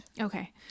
Okay